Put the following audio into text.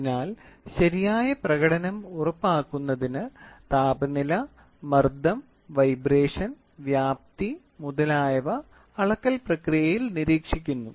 അതിനാൽ ശരിയായ പ്രകടനം ഉറപ്പാക്കുന്നതിന് താപനില മർദ്ദം വൈബ്രേഷൻ വ്യാപ്തി മുതലായവ അളക്കൽ പ്രക്രിയയിൽ നിരീക്ഷിക്കുന്നു